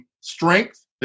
strength